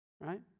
Right